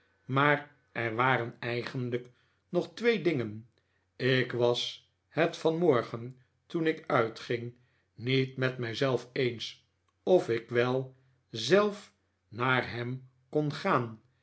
maar er waren eigenlijk nog twee dingen ik was het vanmorgen toen ik uitging niet met mij zelf eens of ik wel zelf naar ham kon gaan